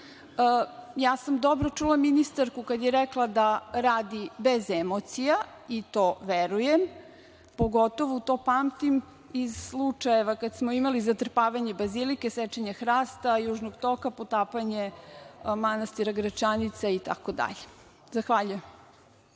sam čula ministarku kada je rekla da radi bez emocija, i to verujem, pogotovo to pamtim iz slučajeva kada smo imali zatrpavanje bazilike, sečenje hrasta, južnog toka, potapanje manastira Gračanica itd. Zahvaljujem.